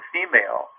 Female